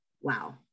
wow